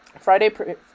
Friday